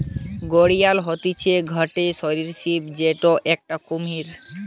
ঘড়িয়াল হতিছে গটে সরীসৃপ যেটো একটি কুমির